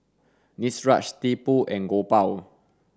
Niraj Tipu and Gopal